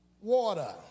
water